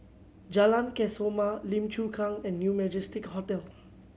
Jalan Kesoma Lim Chu Kang and New Majestic Hotel